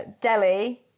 Delhi